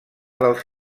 dels